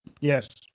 Yes